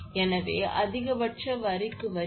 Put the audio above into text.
எனவே அதிகபட்ச வரி க்கு வரி மின்னழுத்தம் √3 × 25